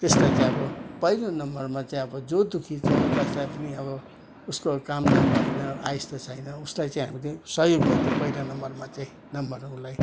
त्यसलाई चाहिँ अब पहिलो नम्बरमा चाहिँ अब जो दुःखी छ जसलाई पनि अब उसको कामदाम छैन आयस्ता छैन उसलाई चाहिँ हामीले सहयोग गर्थ्यौँ पहिला नम्बरमा चाहिँ नम्बरमा उसलाई